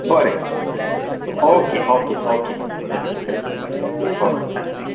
बरें okay okay okay या बरें बाय बाय बरें आं थँक्यू